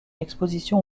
exposition